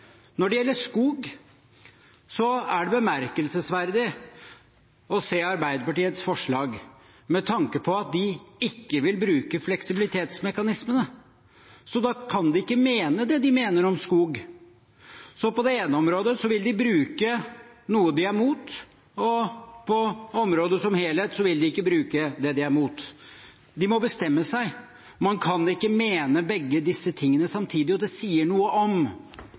Når det gjelder skog, er det bemerkelsesverdig å se Arbeiderpartiets forslag, med tanke på at de ikke vil bruke fleksibilitetsmekanismene. Da kan de ikke mene det de mener om skog. På det ene området vil de bruke noe de er imot – og på området som helhet vil de ikke bruke det de er imot. De må bestemme seg. Man kan ikke mene begge disse tingene samtidig. Det sier noe om